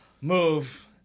move